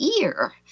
ear